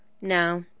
no